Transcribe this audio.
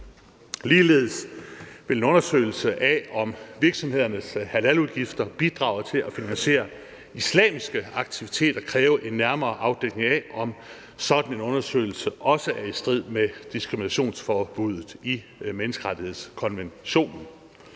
Ligeledes vil en undersøgelse af, om virksomhedernes halaludgifter bidrager til at finansiere islamiske aktiviteter, kræve en nærmere afdækning af, om sådan en undersøgelse også er i strid med diskriminationsforbuddet i menneskerettighedskonventionen.